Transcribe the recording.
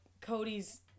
Cody's